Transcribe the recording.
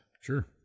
Sure